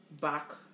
back